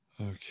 Okay